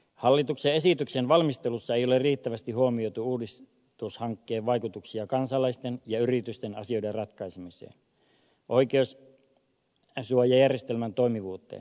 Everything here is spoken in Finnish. hallituksen esityksen valmistelussa ei ole riittävästi huomioitu uudistushankkeen vaikutuksia kansalaisten ja yritysten asioiden ratkaisemiseen ja oikeussuojajärjestelmän toimivuuteen